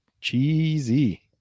cheesy